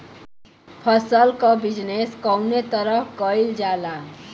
फसल क बिजनेस कउने तरह कईल जाला?